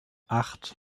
acht